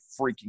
freaking